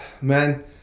man